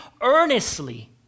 earnestly